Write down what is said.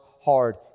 hard